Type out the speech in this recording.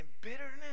bitterness